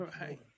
right